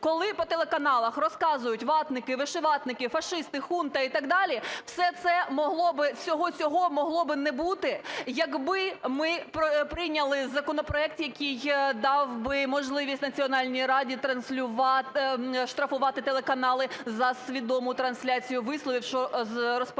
Коли по телеканалах розказують "ватники", "вишиватники": "фашисти, хунта" і так далі, - всього цього могло би не бути, якби ми прийняли законопроект, який дав би можливість Національній раді штрафувати телеканали за свідому трансляцію висловів, що розпалюють